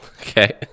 Okay